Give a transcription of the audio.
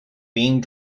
being